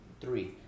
three